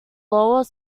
lower